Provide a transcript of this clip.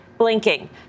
blinking